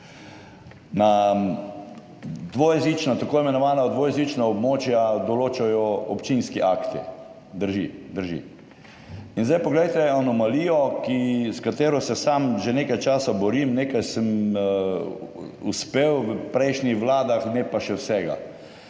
Na dvojezična tako imenovana dvojezična območja določajo občinski akti. Drži? Drži. In zdaj poglejte anomalijo, s katero se sam že nekaj časa borim, nekaj sem uspel v prejšnjih vladah, ne pa še vsega.